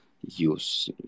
use